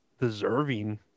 deserving